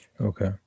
Okay